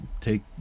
take